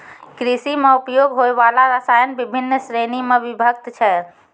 कृषि म उपयोग होय वाला रसायन बिभिन्न श्रेणी म विभक्त छै